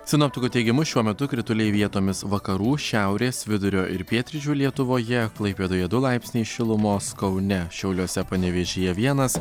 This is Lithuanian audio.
sinoptikų teigimu šiuo metu krituliai vietomis vakarų šiaurės vidurio ir pietryčių lietuvoje klaipėdoje du laipsniai šilumos kaune šiauliuose panevėžyje vienas